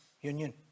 union